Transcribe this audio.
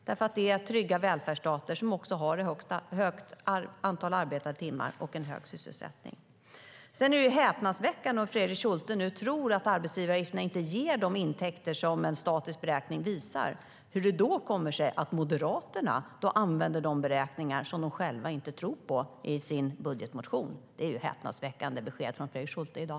Det är trygga välfärdsstater som har ett högt antal arbetade timmar och en hög sysselsättning. Sedan är det häpnadsväckande - om Fredrik Schulte tror att arbetsgivaravgifterna inte ger de intäkter som en statisk beräkning visar - att Moderaterna i sin budgetmotion använder beräkningar som de själva inte tror på. Det är ett häpnadsväckande besked från Fredrik Schulte i dag.